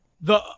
the-